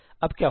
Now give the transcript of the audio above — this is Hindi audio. अब क्या होगा